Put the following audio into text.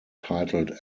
titled